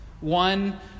one